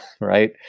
right